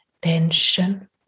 tension